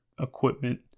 equipment